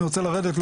אני רוצה לרדת,